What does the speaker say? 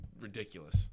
ridiculous